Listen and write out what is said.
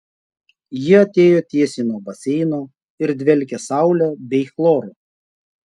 ji atėjo tiesiai nuo baseino ir dvelkė saule bei chloru